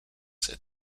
set